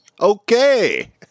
Okay